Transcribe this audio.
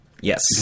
Yes